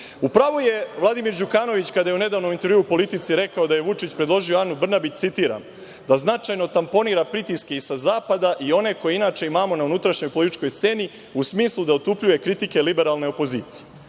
pravu je Vladimir Đukanović kada je u nedavnom intervjuu „Politici“ rekao da je Vučić predložio Anu Brnabić citiram – da značajno tamponira pritiske i sa zapada, i one koje inače imamo na unutrašnjoj političkoj sceni, u smislu da otupljuje kritike liberalne opozicije.